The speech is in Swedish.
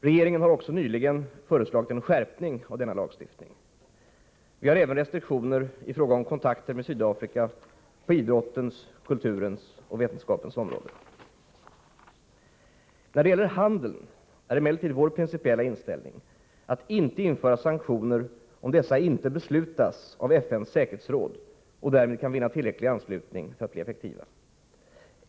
Regeringen har också nyligen föreslagit en skärpning av denna lagstiftning. Vi har även restriktioner i fråga om kontakter med Sydafrika på idrottens, kulturens och vetenskapens område. När det gäller handeln är emellertid vår principiella inställning att inte införa sanktioner om dessa inte beslutats av FN:s säkerhetsråd och därmed kan vinna tillräcklig anslutning för att bli effektiva.